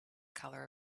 color